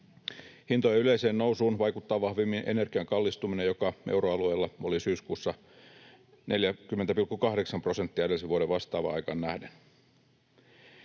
Hintojen yleiseen nousuun vaikuttaa vahvimmin energian kallistuminen, joka euroalueella oli syyskuussa 40,8 prosenttia edellisen vuoden vastaavaan aikaan nähden.